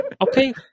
Okay